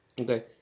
Okay